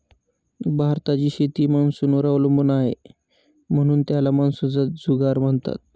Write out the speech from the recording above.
भारताची शेती मान्सूनवर अवलंबून आहे, म्हणून त्याला मान्सूनचा जुगार म्हणतात